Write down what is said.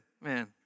Man